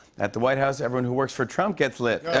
at the white house, everyone who works for trump gets lit.